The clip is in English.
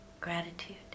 gratitude